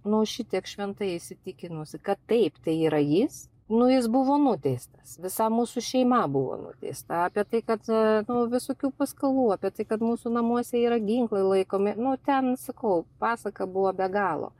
nu šitiek šventai įsitikinusi kad taip tai yra jis nu jis buvo nuteistas visa mūsų šeima buvo nuteista apie tai kad nu visokių paskalų apie tai kad mūsų namuose yra ginklai laikomi nu ten sakau pasaka buvo be galo